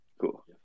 cool